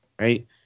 Right